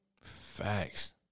Facts